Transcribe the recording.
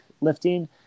lifting